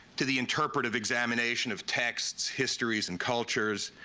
to the interpretive examination of texts, histories, and cultures,